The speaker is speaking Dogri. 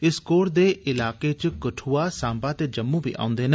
इस कोर दे इलाके च कठुआ साम्बा ते जम्मू बी औंदे न